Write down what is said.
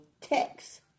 text